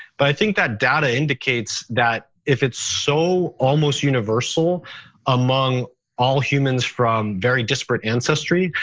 but i think that data indicates that if it's so almost universal among all humans from very disparate ancestry.